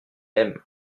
aime